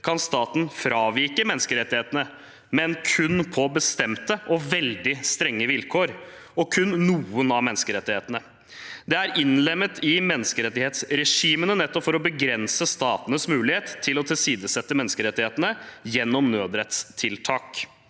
kan staten fravike menneskerettighetene, men kun på bestemte og veldig strenge vilkår, og kun noen av menneskerettighetene. Det er innlemmet i menneskerettighetsregimene nettopp for å begrense statenes mulighet til å tilsidesette menneskerettighetene gjennom nødrettstiltak.